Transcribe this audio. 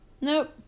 Nope